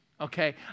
okay